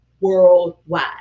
worldwide